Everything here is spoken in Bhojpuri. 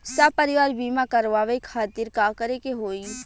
सपरिवार बीमा करवावे खातिर का करे के होई?